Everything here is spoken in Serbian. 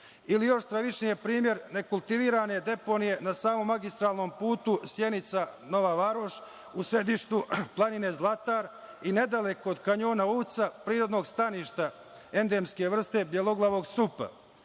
Ili, još stravičniji primer je nekultivirane deponije na samom magistralnom putu Sjenica – Nova Varoš u sedištu planine Zlatar i nedaleko od kanjona Uvca, prirodnog staništa endemske vrste Bjeloglavog supa.